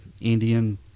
Indian